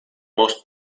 most